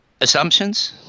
assumptions